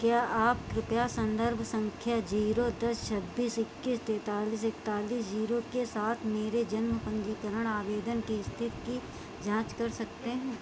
क्या आप कृपया संदर्भ संख्या जीरो दस छब्बीस इक्कीस तैंतालीस इकतालीस जीरो के साथ मेरे जन्म पंजीकरण आवेदन की स्थिति की जाँच कर सकते हैं